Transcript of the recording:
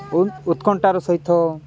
ଉ ଉତ୍କଣ୍ଟାର ସହିତ